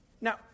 Now